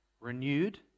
renewed